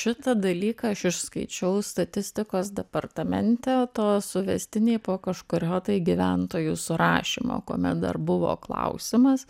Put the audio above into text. šitą dalyką aš išskaičiau statistikos departamente to suvestiniai po kažkurio tai gyventojų surašymo kuomet dar buvo klausimas